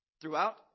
throughout